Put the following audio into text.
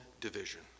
division